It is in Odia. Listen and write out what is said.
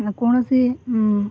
ନା କୌଣସି